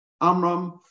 Amram